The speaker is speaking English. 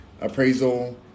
appraisal